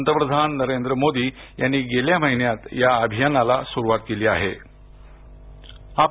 पंतप्रधान नरेंद्र मोदी यांनी गेल्या महिन्यात या अभियानाला सुरवात केली होती